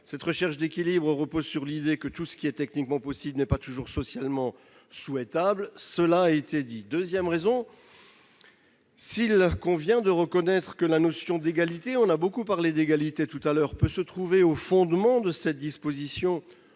Cette recherche d'équilibre repose sur l'idée que tout ce qui est techniquement possible n'est pas toujours socialement souhaitable, comme cela a été souligné. Deuxièmement, s'il convient de reconnaître que la notion d'égalité, dont on a beaucoup parlé, peut se trouver au fondement de cette disposition,